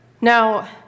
Now